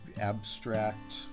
abstract